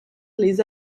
les